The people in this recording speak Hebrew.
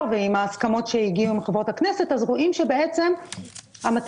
ועם ההסכמות אליהן הגיעו עם חברות הכנסת - רואים שבעצם המטרה